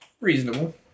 Reasonable